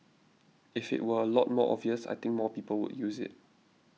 if it were a lot more obvious I think more people would use it